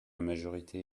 majorité